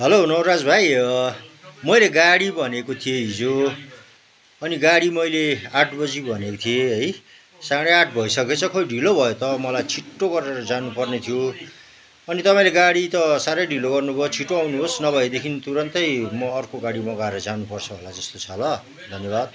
hello Navraj भाइ मैले गाडी भनेको थिएँ हिजो अनि गाडी मैले आठ बजी भनेको थिएँ है साढे आठ भइसकेछ खोइ ढिलो भयो त मलाई छिट्टो गरेर जानुपर्ने थियो अनि तपाईँले गाडी त साह्रै ढिलो गर्नुभयो छिटो आउनुहोस् नभएदेखि तुरुन्तै म अर्को गाडी मगाएर जानुपर्छ होला जस्तो छ ल धन्यवाद